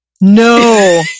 No